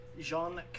Jean